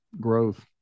growth